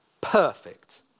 perfect